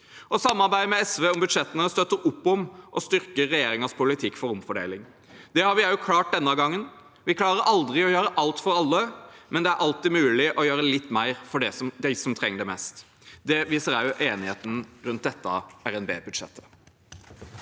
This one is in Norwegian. Samarbeidet med SV om budsjettene støtter opp om og styrker regjeringens politikk for omfordeling. Det har vi også klart denne gangen. Vi klarer aldri å gjøre alt for alle, men det er alltid mulig å gjøre litt mer for dem som trenger det mest. Det viser også enigheten rundt dette reviderte budsjettet.